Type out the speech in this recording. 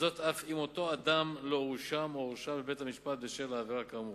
אף אם אותו אדם לא הואשם או הורשע בבית-משפט בשל העבירה כאמור.